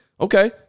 Okay